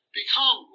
become